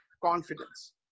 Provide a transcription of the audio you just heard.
confidence